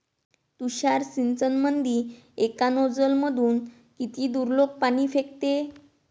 तुषार सिंचनमंदी एका नोजल मधून किती दुरलोक पाणी फेकते?